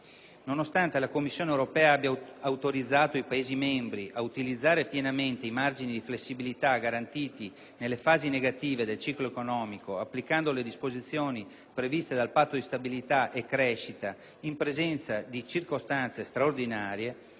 Nonostante la Commissione europea abbia autorizzato i Paesi membri a utilizzare pienamente i margini di flessibilità garantiti nelle fasi negative del ciclo economico applicando le disposizioni previste dal Patto di stabilità e crescita in presenza di «circostanze straordinarie»,